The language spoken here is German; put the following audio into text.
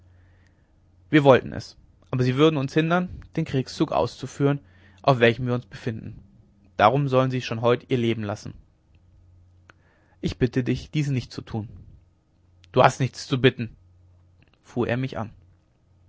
wir wollten es aber sie würden uns hindern den kriegszug auszuführen auf welchem wir uns befinden darum sollen sie schon heut ihr leben lassen ich bitte dich dies nicht zu tun du hast nichts zu bitten fuhr er mich an